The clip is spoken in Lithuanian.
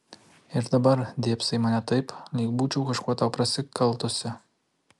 ir dabar dėbsai į mane taip lyg būčiau kažkuo tau prasikaltusi